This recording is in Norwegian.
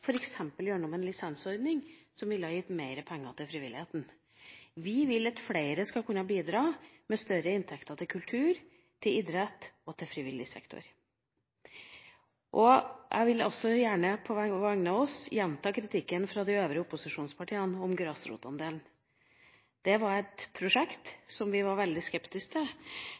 en lisensordning som ville ha gitt mer penger til frivilligheten. Vi vil at flere skal kunne bidra med større inntekter til kultur, til idrett og til frivillig sektor. Jeg vil også gjerne på vegne av oss gjenta kritikken fra de øvrige opposisjonspartiene om grasrotandelen. Det var et prosjekt som vi var veldig skeptiske til,